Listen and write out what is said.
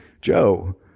Joe